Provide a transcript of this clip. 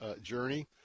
journey